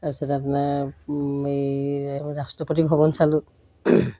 তাৰপিছত আপোনাৰ এই ৰাষ্ট্ৰপতি ভৱন চালোঁ